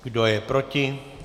Kdo je proti?